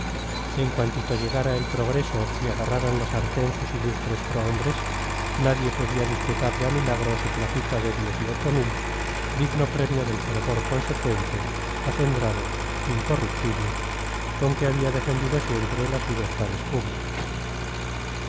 en cuantito llegara el progreso y agarraran la sartén sus ilustres prohombres nadie podía disputarle a milagro su placita de diez y ocho mil digno premio del fervor consecuente acendrado incorruptible con que había defendido siempre las libertades públicas